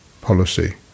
policy